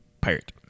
Pirate